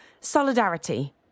solidarity